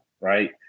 right